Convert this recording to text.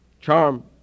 charm